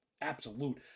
absolute